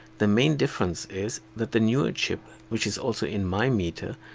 the main difference is that the newer chip which is also in my meter,